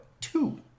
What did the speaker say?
two